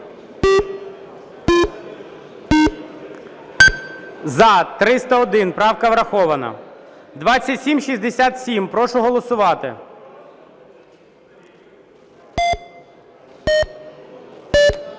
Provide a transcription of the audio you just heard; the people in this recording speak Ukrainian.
За-301 Правка врахована. 2767. Прошу голосувати.